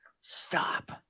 Stop